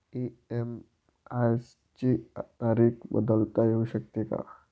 EMI ची तारीख बदलता येऊ शकते का?